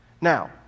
Now